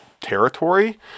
territory